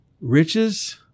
Riches